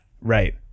right